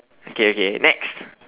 okay okay next